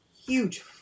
huge